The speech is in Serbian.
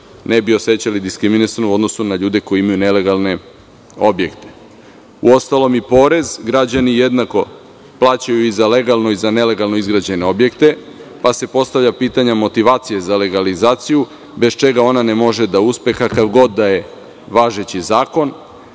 ne bi osećali diskriminisano u odnosu na ljude koji imaju nelegalne objekte. Uostalom, i porez građani jednako plaćaju i za legalno i za nelegalno izgrađene objekte, pa se postavlja pitanje motivacije za legalizaciju, bez čega ona ne može uspe kakav god da je važeći zakon,